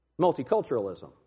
multiculturalism